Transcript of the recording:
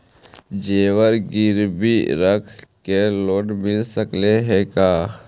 जेबर गिरबी रख के लोन मिल सकले हे का?